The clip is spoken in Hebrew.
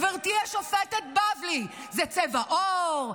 גברתי השופטת בבלי: זה צבע עור?